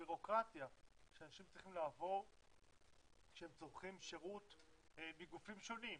והבירוקרטיה שאנשים צריכים לעבור כשהם צורכים שירות מגופים שונים,